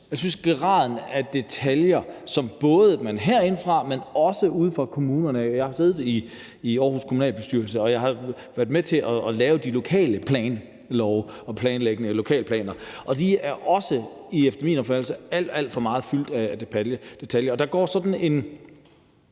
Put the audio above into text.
jeg synes ikke om graden af detaljer, som kommer både herindefra, men også ude fra kommunerne. Jeg har siddet i kommunalbestyrelsen i Aarhus, og jeg har været med til at lave de lokale planlove og planlægge lokalplaner, og de er også, efter min opfattelse, alt, alt for fyldt med detaljer. Den politisering,